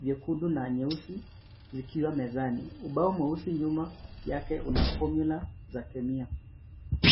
vyekundu na nyeusi zikiwa mezani. Ubao mweusi nyuma yake una fomyula za kemia.